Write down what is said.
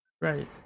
right